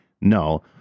no